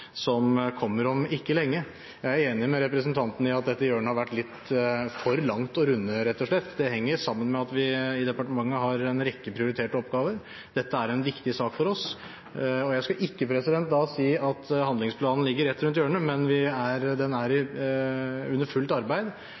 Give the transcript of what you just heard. som kommer om ikke lenge. Jeg er enig med representanten i at dette hjørnet har vært litt for langt å runde, rett og slett. Det henger sammen med at vi i departementet har en rekke prioriterte oppgaver. Dette er en viktig sak for oss, og jeg skal ikke si at handlingsplanen ligger rett rundt hjørnet, men den er under fullt arbeid,